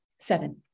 Seven